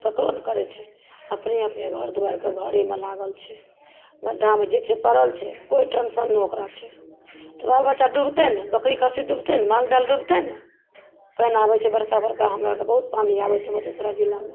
ककरो नहि करय छै अपने अपने घर द्वारके भरयमे लागल छै गड्ढामे जे छै पड़ल छै कोइ टेंसन नहि ओकरा छै तऽ बाल बच्चा डूबतय नहि बकरी खस्सी डूबतय नहि माल जाल डूबतय नहि पानि आबय छै बड़का बड़का हमराके बहुत पानि आबय छै मधेपुरा जिलामे